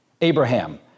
Abraham